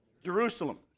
Jerusalem